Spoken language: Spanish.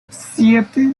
siete